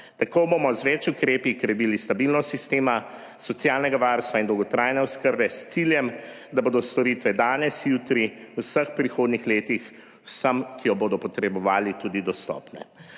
Tako bomo z več ukrepi okrepili stabilnost sistema socialnega varstva in dolgotrajne oskrbe s ciljem, da bodo storitve danes, jutri, v vseh prihodnjih letih vsem, ki jo bodo potrebovali, tudi dostopne.